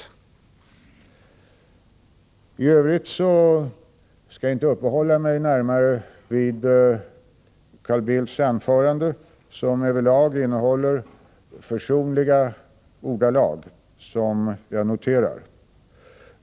I övrigt skall jag inte uppehålla mig närmare vid Carl Bildts anförande, vilket över lag innehåller försonliga ordalag som jag noterar.